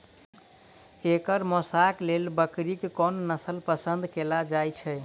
एकर मौशक लेल बकरीक कोन नसल पसंद कैल जाइ छै?